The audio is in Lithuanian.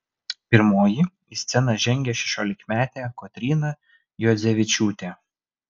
pirmoji į sceną žengė šešiolikmetė kotryna juodzevičiūtė